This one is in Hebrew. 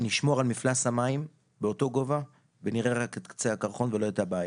נשמור על מפלס המים באותו גובה ונראה רק את קצה הקרחון ולא את הבעיה.